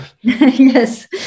yes